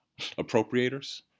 appropriators